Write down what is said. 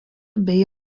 bei